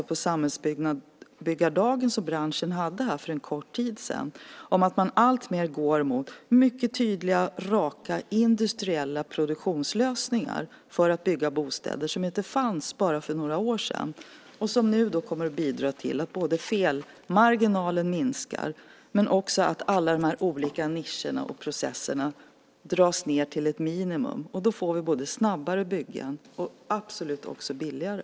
På samhällsbyggardagen, som branschen hade för en kort tid sedan, framkom att man alltmer går mot tydliga, raka och industriella produktionslösningar för att bygga bostäder. Sådant fanns inte för bara några år sedan. Nu kommer detta att bidra både till att felmarginalen minskar och till att alla de olika nischerna och processerna minskas till ett minimum. Då får vi både snabbare byggen och absolut också billigare.